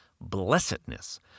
blessedness